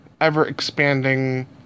ever-expanding